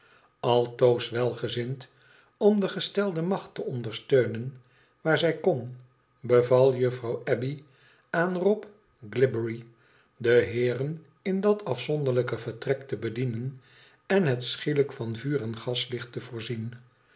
altoos welgezind om de gestelde macht te ondersteunen waar zij kon beval juffrouw abbey aan rob glibbery de heeren in dat afzonderlijke tcrtrek te bedienen en het schielijk van vuur en gaslicht te voorzien